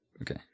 okay